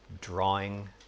drawing